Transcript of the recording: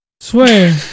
swear